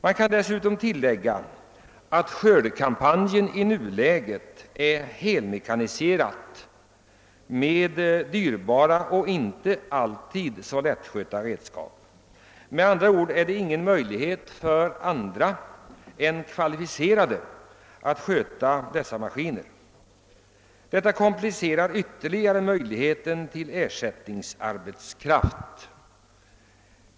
Man kan dessutom tillägga att skördekampanjen numera är helmekaniserad med dyrbara och inte alltid så lättskötta redskap. Det finns, med andra ord, ingen möjlighet för andra än dem som är kvalificerade att sköta dessa maskiner. Detta komplicerar ytterligare problemet om ersättningsarbetskraft.